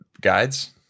guides